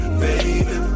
baby